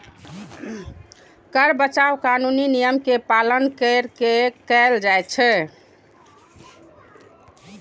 कर बचाव कानूनी नियम के पालन कैर के कैल जाइ छै